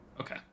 Okay